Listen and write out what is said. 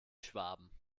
schwaben